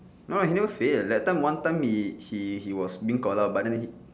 no he never fail that time one time he he he was being called out but then he